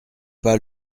pas